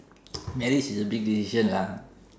marriage is a big decision lah